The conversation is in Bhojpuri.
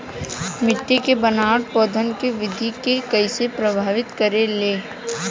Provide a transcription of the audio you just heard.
मिट्टी के बनावट पौधन के वृद्धि के कइसे प्रभावित करे ले?